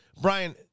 Brian